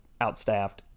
outstaffed